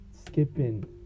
skipping